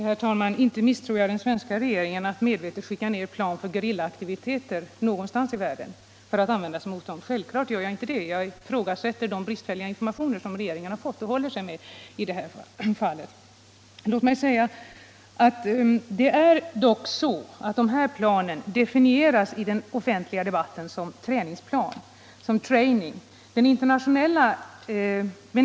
Herr talman! Inte misstänker jag den svenska regeringen för att medvetet skicka ned plan att användas mot gerillaaktiviteter någonstans i världen. Det gör jag självfallet inte. Jag ifrågasätter de bristfälliga informationer som regeringen har fått och håller sig med i det här fallet. De här planen definieras dock i den offentliga debatten som träningsplan med beteckningen ”training”.